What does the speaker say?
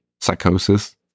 psychosis